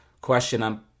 question